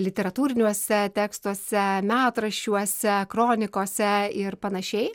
literatūriniuose tekstuose metraščiuose kronikose ir panašiai